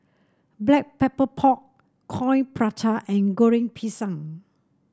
Black Pepper Pork Coin Prata and Goreng Pisang